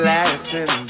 Latin